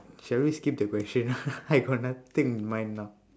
shall we skip the question I got nothing in mind now